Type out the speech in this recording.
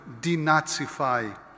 denazify